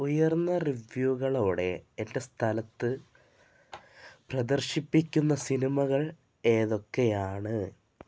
ഉയർന്ന റിവ്യൂകളോടെ എന്റെ സ്ഥലത്ത് പ്രദർശിപ്പിക്കുന്ന സിനിമകൾ ഏതൊക്കെയാണ്